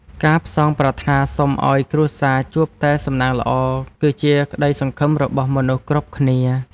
ការផ្សងប្រាថ្នាសុំឱ្យគ្រួសារជួបតែសំណាងល្អ គឺជាក្តីសង្ឃឹមរបស់មនុស្សគ្រប់គ្នា។